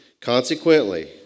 Consequently